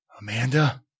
Amanda